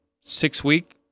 six-week